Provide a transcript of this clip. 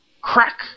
Crack